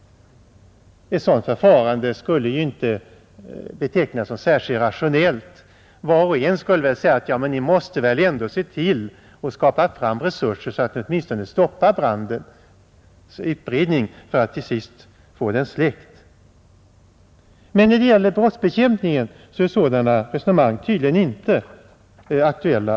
Ett sådant förfarande kan inte betecknas som särskilt rationellt. Var och en skulle säga att ni måste väl ändå se till att skapa fram resurser så att ni åtminstone stoppar brandens utbredning för att till sist få den släckt. Men när det gäller brottsbekämpningen är sådana resonemang tydligen inte aktuella.